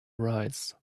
arise